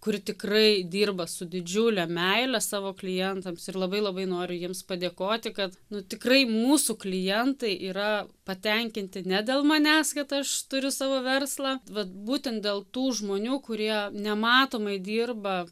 kuri tikrai dirba su didžiule meile savo klientams ir labai labai noriu jums padėkoti kad nu tikrai mūsų klientai yra patenkinti ne dėl manęs kad aš turiu savo verslą vat būtent dėl tų žmonių kurie nematomai dirba